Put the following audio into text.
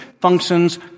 functions